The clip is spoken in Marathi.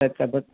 त्याच भागात